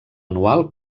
anual